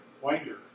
Winder